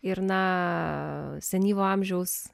ir na senyvo amžiaus